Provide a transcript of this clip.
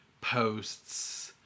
posts